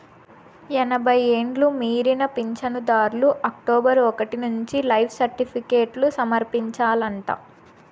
ఎనభై ఎండ్లు మీరిన పించనుదార్లు అక్టోబరు ఒకటి నుంచి లైఫ్ సర్టిఫికేట్లు సమర్పించాలంట